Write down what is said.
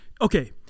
okay